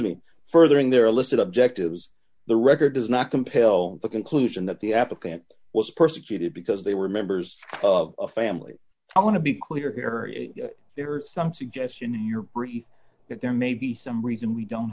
me furthering their illicit objectives the record does not compel the conclusion that the applicant was persecuted because they were members of a family i want to be clear here there are some suggestion in your brief that there may be some reason we don't